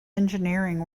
engineering